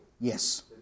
Yes